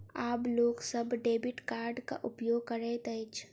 आब लोक सभ डेबिट कार्डक उपयोग करैत अछि